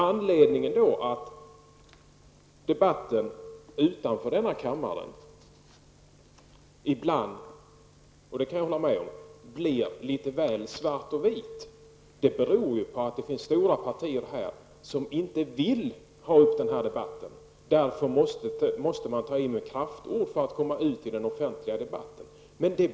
Anledningen till att debatten utanför denna kammare ibland -- detta kan jag hålla med om -- går litet väl mycket i svart-vitt är att det finns stora partier som inte vill att denna debatt tas upp. Det är därför som det behövs kraftord. Det gäller ju att också nå ut i den offentliga debatten.